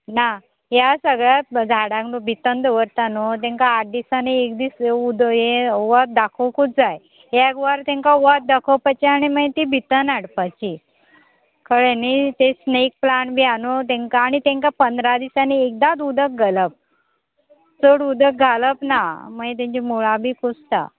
ना ह्या सगळ्यात झाडांक न्हू भितन दवरता न्हू तांकां आठ दिसांनी एक दीस उदक हें वत दाखोवंकूच जाय एक वर तेंकां वत दाखोवपाची आनी मागीर ती भितन हाडपाची कळ्ळे न्ही ते स्नेक प्लांट बी आहा न्हू तेंकां आनी तेंकां पंदरा दिसांनी एकदांच उदक घालप चड उदक घालप ना मागीर तेंची मुळां बी कुसता